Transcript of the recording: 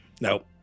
Nope